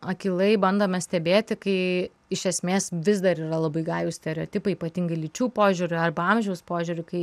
akylai bandome stebėti kai iš esmės vis dar yra labai gajūs stereotipai ypatingai lyčių požiūriu arba amžiaus požiūriu kai